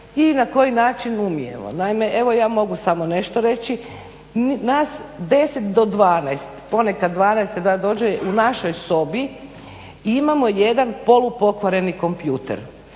i na koji način umijemo. Naime evo ja mogu samo nešto reći, nas 10 do 12, ponekad 12 dođe u našoj sobi, imamo jedan polupokvareni kompjuter.